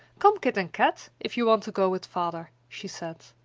come kit and kat, if you want to go with father, she said.